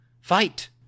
Fight